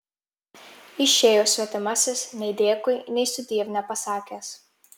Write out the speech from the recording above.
išėjo svetimasis nei dėkui nei sudiev nepasakęs